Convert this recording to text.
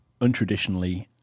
untraditionally